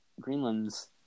Greenland's